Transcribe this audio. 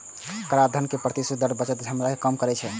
कराधानक प्रगतिशील दर बचत क्षमता कें कम करै छै